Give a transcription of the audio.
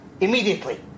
immediately